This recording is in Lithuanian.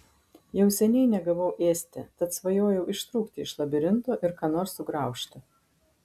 jau seniai negavau ėsti tad svajojau ištrūkti iš labirinto ir ką nors sugraužti